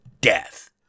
death